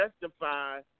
justify